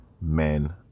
Men